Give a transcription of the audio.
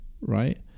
right